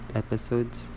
episodes